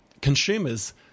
consumers